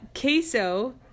queso